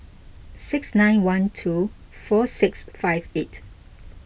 six nine one two four six five eight